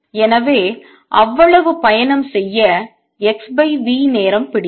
எனவே அவ்வளவு பயணம் செய்ய x v நேரம் பிடித்தது